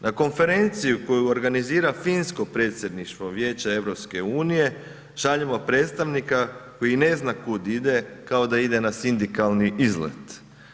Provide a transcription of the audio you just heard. Na konferenciju koju organizira Finsko predsjedništvo Vijeća EU šaljemo predstavnika koji ne zna kud ide kao da ide na sindikalni izlet.